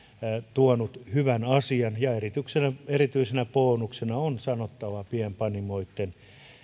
tuonut hyvän asian ja erityisenä erityisenä bonuksena on sanottava pienpanimoitten